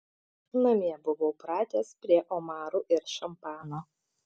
namie buvau pratęs prie omarų ir šampano